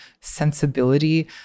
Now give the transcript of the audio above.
sensibility